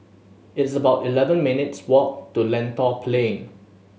it's about eleven minutes' walk to Lentor Plain